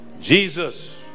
Jesus